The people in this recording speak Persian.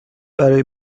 برای